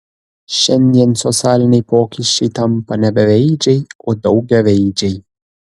šiandien socialiniai pokyčiai tampa ne beveidžiai o daugiaveidžiai